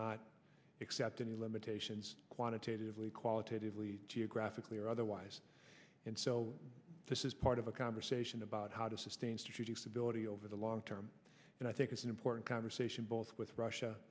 not accept any limitations quantitatively qualitatively geographically or otherwise and so this is part of a conversation about how to sustain strategic stability over the long term and i think it's an important conversation both with russia